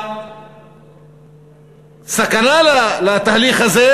והסכנה לתהליך הזה